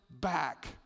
back